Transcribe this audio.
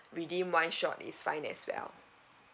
redeem one shot is fine as well